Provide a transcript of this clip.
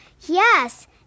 Yes